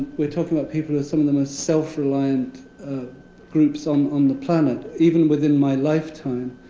we're talking about people who are some of the most self-reliant groups on on the planet. even within my lifetime,